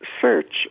search